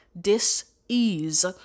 dis-ease